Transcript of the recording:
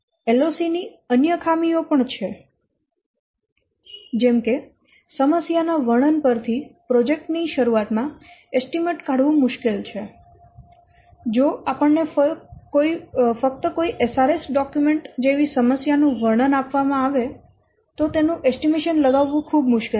LOC ની અન્ય ખામીઓ પણ છે જેમ કે સમસ્યા ના વર્ણન પરથી પ્રોજેક્ટ ની શરૂઆત માં એસ્ટીમેટ કાઢવું મુશ્કેલ છે જો આપણને ફક્ત કોઈ SRS ડોક્યુમેન્ટ જેવી સમસ્યા નું વર્ણન આપવામાં આવે તો તેનું એસ્ટીમેશન લગાવવું ખૂબ મુશ્કેલ છે